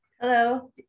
Hello